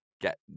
get